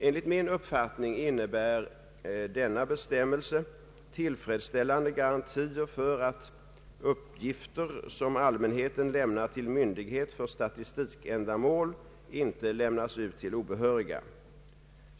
Enligt min uppfattning innebär denna bestämmelse tillfredsställande garantier för att uppgifter, som allmänheten lämnar till myndighet för statistikändamål, inte lämnas ut till obehöriga.